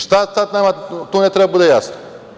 Šta sad nama tu ne treba da bude jasno?